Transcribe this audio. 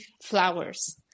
flowers